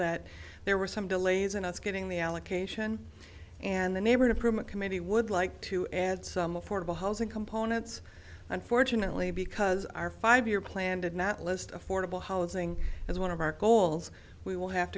that there were some delays in us getting the allocation and the neighbor to promote committee would like to add some affordable housing components unfortunately because our five year plan did not list affordable housing as one of our goals we will have